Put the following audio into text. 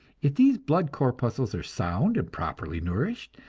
if these blood corpuscles are sound and properly nourished,